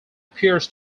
appears